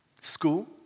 School